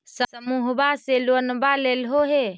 समुहवा से लोनवा लेलहो हे?